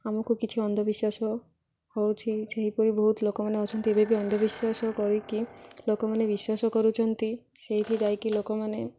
ଆମକୁ କିଛି ଅନ୍ଧବିଶ୍ୱାସ ହେଉଛି ସେହିପରି ବହୁତ ଲୋକମାନେ ଅଛନ୍ତି ଏବେ ବି ଅନ୍ଧବିଶ୍ୱାସ କରିକି ଲୋକମାନେ ବିଶ୍ୱାସ କରୁଛନ୍ତି ସେଇଠି ଯାଇକି ଲୋକମାନେ